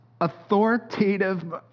authoritative